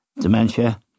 dementia